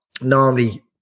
Normally